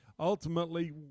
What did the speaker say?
Ultimately